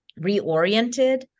reoriented